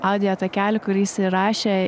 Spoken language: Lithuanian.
audio takelį kurį jisai įrašė